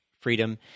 freedom